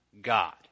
God